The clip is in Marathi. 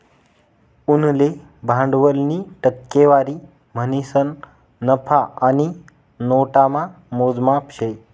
उनले भांडवलनी टक्केवारी म्हणीसन नफा आणि नोटामा मोजमाप शे